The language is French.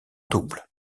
double